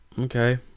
Okay